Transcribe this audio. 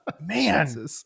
Man